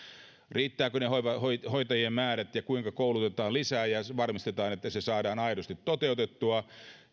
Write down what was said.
riittävätkö ne hoitajien määrät ja kuinka koulutetaan lisää ja varmistetaan että se saadaan aidosti toteutettua